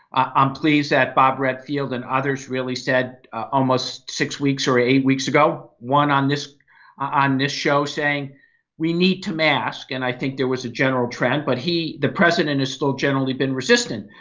i'm pleased that bob redfield and others really said almost six weeks or eight weeks ago one on this on this show saying we need to mask. and i think there was a general trend. but he, the president is still generally been resistant.